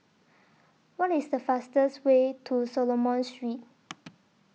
What IS The fastest Way to Solomon Street